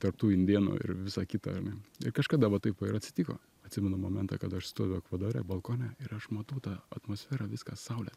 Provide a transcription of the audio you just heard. tarp tų indėnų ir visa kita ar ne ir kažkada va taip va ir atsitiko atsimenu momentą kada aš stoviu ekvadore balkone ir aš matau tą atmosferą viską saulę